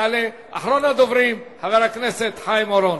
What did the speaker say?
יעלה אחרון הדוברים, חבר הכנסת חיים אורון.